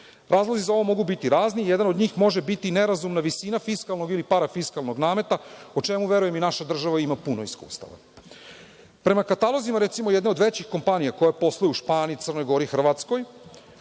Razlozi za ovo mogu biti razni, jedan od njih može biti nerazumna visina fiskalnog ili parafiskalnog nameta u čemu verujem, naša država ima puno iskustva. Prema katalozima recimo, jedne od većih kompanija koja posluje u Španiji, Crnoj Gori, Hrvatskoj,